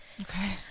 okay